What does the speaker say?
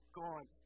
gone